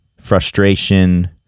frustration